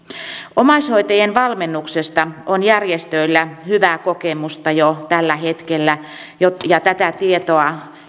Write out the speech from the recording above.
omaishoitajien valmennuksesta on järjestöillä hyvää kokemusta jo tällä hetkellä ja tätä tietoa